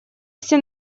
все